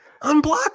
unblock